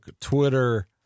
Twitter